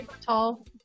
tall